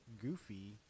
goofy